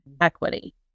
equity